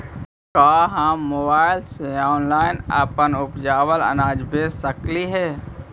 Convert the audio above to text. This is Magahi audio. का हम मोबाईल से ऑनलाइन अपन उपजावल अनाज बेच सकली हे?